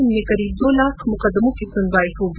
इनमें करीब दो लाख मुकदमों की सुनवाई होगी